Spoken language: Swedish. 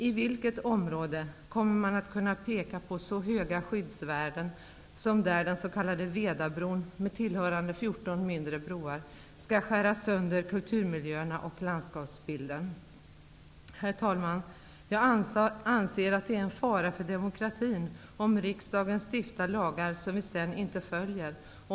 I vilket annat område kommer man att kunna peka på så höga skyddsvärden, som där den s.k. Vedabron med 14 tillhörande mindre broar skall skära sönder kulturmiljöerna och landskapsbilden? Herr talman! Jag anser att det är en fara för demokratin om riksdagen stiftar lagar som vi sedan inte följer.